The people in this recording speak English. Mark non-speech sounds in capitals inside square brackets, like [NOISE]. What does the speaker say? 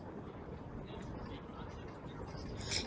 [NOISE]